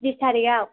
बिस थारिखआव